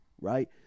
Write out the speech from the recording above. right